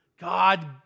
God